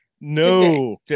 No